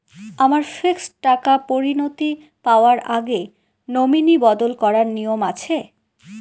আমার ফিক্সড টাকা পরিনতি পাওয়ার আগে নমিনি বদল করার নিয়ম আছে?